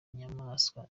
inyamaswa